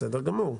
בסדר גמור.